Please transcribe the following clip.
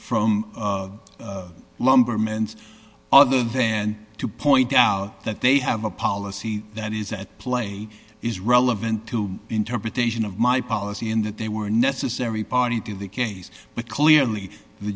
from lumberman's other then to point out that they have a policy that is at play is relevant to interpretation of my policy in that they were necessary party to the case but clearly the